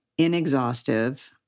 inexhaustive